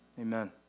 Amen